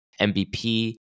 MVP